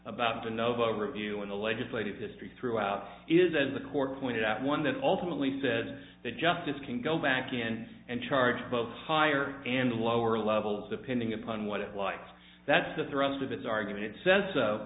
about the novo review in the legislative history throughout is as the court pointed out one that ultimately says that justice can go back in and charge both higher and lower levels depending upon what it likes that's the thrust of its argument it says so